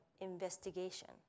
investigation